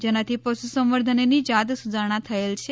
જેનાથી પશુ સંવર્ધનની જાત સુધારણા થયેલ છે